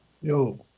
yo